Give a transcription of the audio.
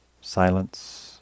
silence